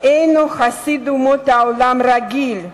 אינו חסיד אומות העולם רגיל.